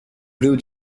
blue